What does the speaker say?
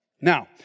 Now